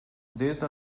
desde